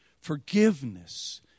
Forgiveness